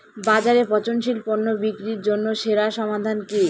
বাজারে পচনশীল পণ্য বিক্রির জন্য সেরা সমাধান কি?